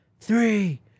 three